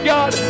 God